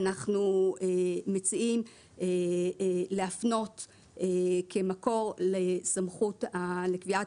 אנחנו מציעים להפנות כמקור לסמכות קביעת